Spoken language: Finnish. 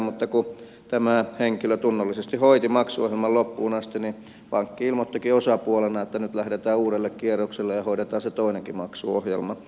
mutta kun tämä henkilö tunnollisesti hoiti maksuohjelman loppuun asti niin pankki ilmoittikin osapuolena että nyt lähdetään uudelle kierrokselle ja hoidetaan se toinenkin maksuohjelma